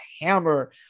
hammer